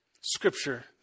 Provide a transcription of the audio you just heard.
Scripture